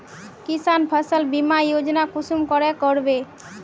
किसान फसल बीमा योजना कुंसम करे करबे?